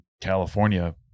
california